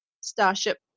Starship